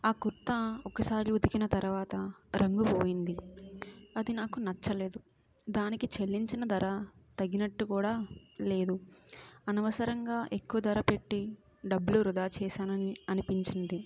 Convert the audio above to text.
ఆ కుర్తా ఒకసారి ఉతికిన తర్వాత రంగు పోయింది అది నాకు నచ్చలేదు దానికి చెల్లించిన ధర తగినట్టు కూడా లేదు అనవసరంగా ఎక్కువ ధర పెట్టి డబ్బులు వృధా చేసానని అనిపించింది